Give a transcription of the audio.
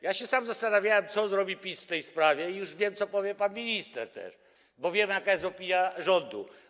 Ja się sam zastanawiałem, co zrobi PiS w tej sprawie, i już wiem, co powie pan minister teraz, bo wiem, jaka jest opinia rządu.